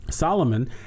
Solomon